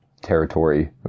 territory